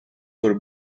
were